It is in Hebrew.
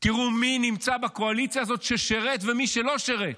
תראו מי נמצא בקואליציה הזאת ששירת ומי שלא שירת.